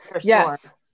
yes